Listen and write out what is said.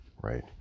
right